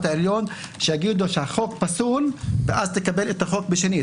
העליון שיגיד שהחוק פסול ואז לקבל את החוק בשנית,